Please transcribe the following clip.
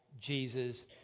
Jesus